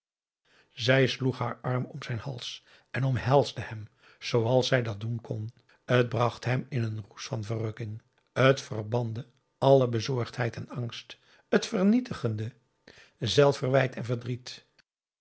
zij sloeg haar arm om zijn hals en omhelsde hem zooals zij dat doen kon t bracht hem in een roes van verrukking t verbande alle bezorgdheid en angst t vernietigde zelfverwijt en verdriet